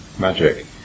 magic